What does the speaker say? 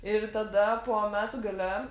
ir tada po metų gale